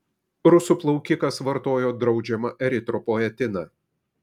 rusų plaukikas vartojo draudžiamą eritropoetiną